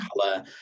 color